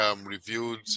reviewed